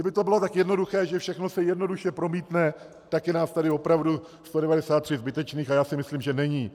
Kdyby to bylo tak jednoduché, že všechno se jednoduše promítne, tak je nás tady opravdu 193 zbytečných, a já si myslím, že není.